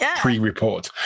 pre-report